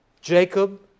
Jacob